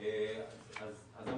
אז אמרתי,